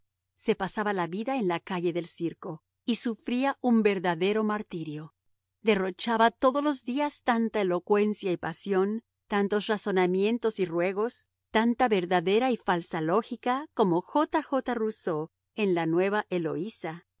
se pasaba la vida en la calle del circo y sufría un verdadero martirio derrochaba todos los días tanta elocuencia y pasión tantos razonamientos y ruegos tanta verdadera y falsa lógica como j j rousseau en la nueva eloísa